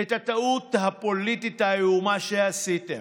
את הטעות הפוליטית האיומה שעשיתם.